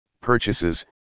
purchases